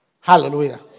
Hallelujah